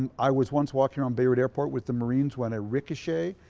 and i was once walking around beirut airport with the marines when a ricochet